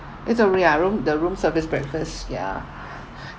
it's a ya room the room service breakfast ya